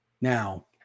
Now